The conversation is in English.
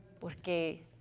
porque